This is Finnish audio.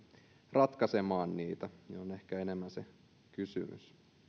ratkaisemaan niitä on ehkä enemmän se kysymys